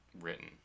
written